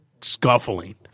scuffling